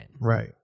Right